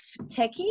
techie